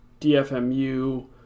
DFMU